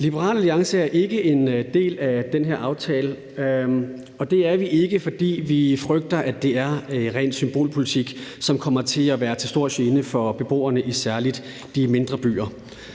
Liberal Alliance er ikke en del af den her aftale, og det er vi ikke, fordi vi frygter, at det er ren symbolpolitik, som kommer til at være til stor gene for beboerne i særlig de mindre byer.